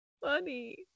funny